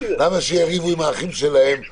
למה שיריבו עם האחים שלהם וכו'?